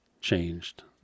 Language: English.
changed